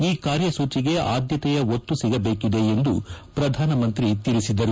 ಈ ಕಾರ್ಯಸೂಜಿಗೆ ಆದ್ಯಕೆಯ ಒತ್ತು ಸಿಗಬೇಕಿದೆ ಎಂದು ಪ್ರಧಾನ ಮಂತ್ರಿ ತಿಳಿಸಿದ್ದಾರೆ